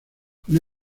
con